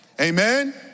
Amen